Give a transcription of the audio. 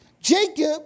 Jacob